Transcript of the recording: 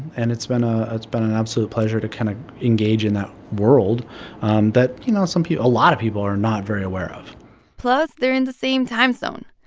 and it's been ah it's been an absolute pleasure to kind of engage in that world um that, you know, some people a lot of people are not very aware of plus they're in the same time zone.